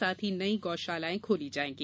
साथ ही नई गौशालायें खोली जायेंगी